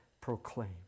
proclaim